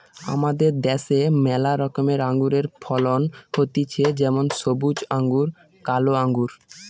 আমাদের দ্যাশে ম্যালা রকমের আঙুরের ফলন হতিছে যেমন সবুজ আঙ্গুর, কালো আঙ্গুর